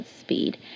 speed